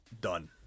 done